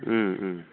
Om Om